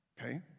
Okay